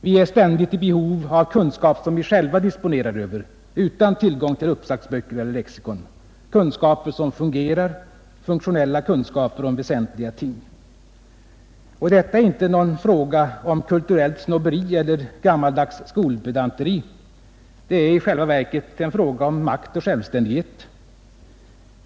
Vi är i ständigt behov av kunskap som vi själva disponerar över utan tillgång till uppslagsböcker eller lexikon — kunskaper som fungerar, funktionella kunskaper om väsentliga ting. Detta är inte någon fråga om kulturellt snobberi eller gammaldags skolpedanteri. Det är i själva verket en fråga om makt och självständighet.